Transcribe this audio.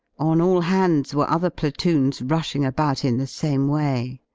on all hands were other platoons rushing about in the same way.